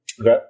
Okay